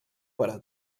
para